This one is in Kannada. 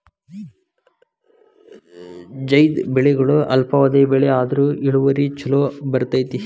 ಝೈದ್ ಬೆಳೆಗಳು ಅಲ್ಪಾವಧಿ ಬೆಳೆ ಆದ್ರು ಇಳುವರಿ ಚುಲೋ ಬರ್ತೈತಿ